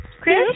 Chris